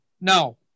No